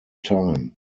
time